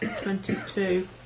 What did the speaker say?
twenty-two